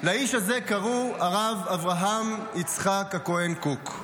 לאיש הזה קראו הרב אברהם יצחק הכהן קוק.